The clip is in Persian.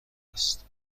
است